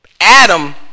Adam